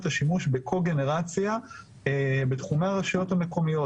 השימוש בקוגנרציה בתחומי הרשויות המקומית.